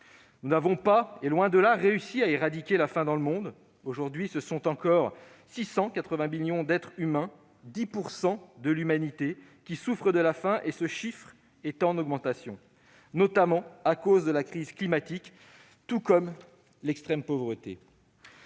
Nous n'avons pas, loin de là, réussi à éradiquer la faim dans le monde : aujourd'hui, ce sont encore 690 millions d'êtres humains, soit 10 % de l'humanité, qui souffrent de la faim. Ce chiffre est en augmentation à cause de la crise climatique, tout comme celui de l'extrême pauvreté.